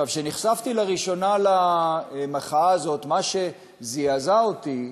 כשנחשפתי לראשונה למחאה הזאת, מה שזעזע אותי,